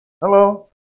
Hello